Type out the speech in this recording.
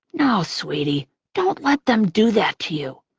no, sweetie, don't let them do that to you.